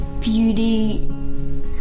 beauty